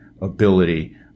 ability